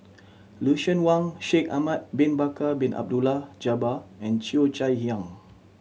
Lucien Wang Shaikh Ahmad Bin Bakar Bin Abdullah Jabbar and Cheo Chai Hiang